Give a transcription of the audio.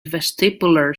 vestibular